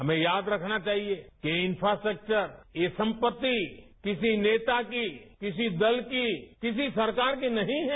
हमें याद रखना चाहिए कि ये इंफ्रास्ट्रक्वर ये संपति किसी नेता की किसी दल की किसी सरकार की नहीं है